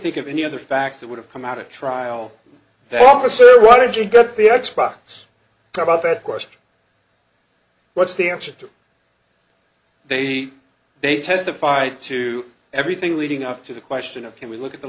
think of any other facts that would have come out of trial that officer why did you get the x box about that question what's the answer to they they testified to everything leading up to the question of can we look at the